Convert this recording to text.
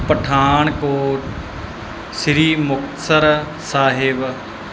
Pathankot Sri Muktsar Sahib